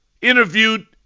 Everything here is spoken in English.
interviewed